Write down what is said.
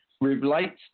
relates